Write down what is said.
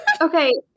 Okay